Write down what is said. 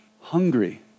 hungry